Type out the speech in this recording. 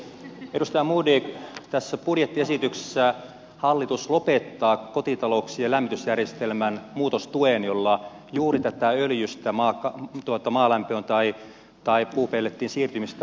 edustaja modig tässä budjettiesityksessä hallitus lopettaa kotitalouksien lämmitysjärjestelmän muutostuen jolla juuri tätä öljystä maalämpöön tai puupellettiin siirtymistä on edistetty